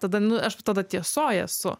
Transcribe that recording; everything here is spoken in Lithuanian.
tada nu aš tada tiesoj esu